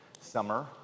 summer